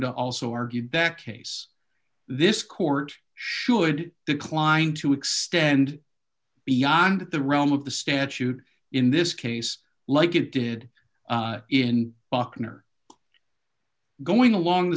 to also argue back case this court should decline to extend beyond the realm of the statute in this case like it did in buckner going along the